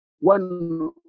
One